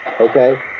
okay